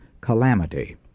calamity